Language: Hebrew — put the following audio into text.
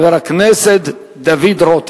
חבר הכנסת דוד רותם.